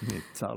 אזרחים ביציע,